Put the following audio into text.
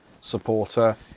supporter